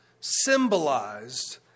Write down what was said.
symbolized